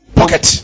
pocket